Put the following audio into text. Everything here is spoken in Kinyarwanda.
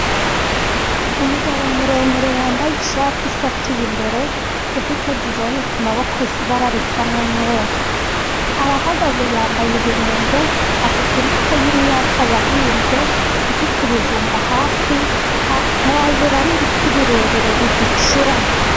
Umugabo muremure wambaye ishati isa atuye imbere, ifite dozayini ku maboko ibara risa n'umweru, arahagaze yambaye ibirenge afite imbuto y'imyaka yahinze, ifite ibijumba hasi hejuru ari ibiti birebire bicuramye.